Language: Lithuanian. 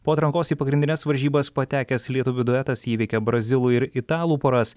po atrankos į pagrindines varžybas patekęs lietuvių duetas įveikė brazilų ir italų poras